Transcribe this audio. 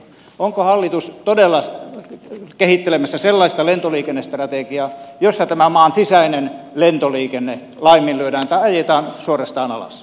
onko hallitus todella kehittelemässä sellaista lentoliikennestrategiaa jossa tämä maan sisäinen lentoliikenne laiminlyödään tai ajetaan suorastaan alas